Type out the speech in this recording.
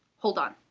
hold on.